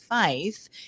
faith